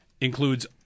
includes